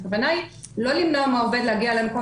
הכוונה היא לא למנוע מהעובד להגיע למקום